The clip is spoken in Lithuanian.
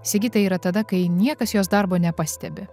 sigitai yra tada kai niekas jos darbo nepastebi